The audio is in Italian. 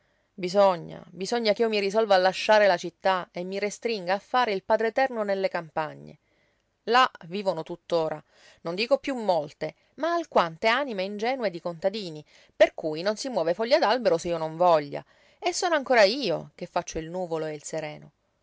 bisogna bisogna ch'io mi risolva a lasciare la città e mi restringa a fare il padreterno nelle campagne là vivono tuttora non dico piú molte ma alquante anime ingenue di contadini per cui non si muove foglia d'albero se io non voglia e sono ancora io che faccio il nuvolo e il sereno